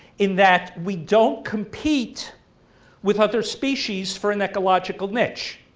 in that we don't compete with other species for an ecological niche.